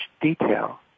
detail